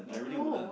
you do